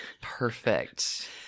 Perfect